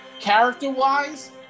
Character-wise